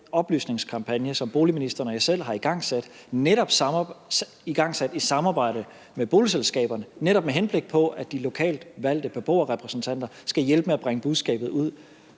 oplysningskampagne, som boligministeren og jeg selv har igangsat, netop igangsat i samarbejde med boligselskaberne, netop med henblik på at de lokalt valgte beboerrepræsentanter skal hjælpe med at bringe budskabet ud.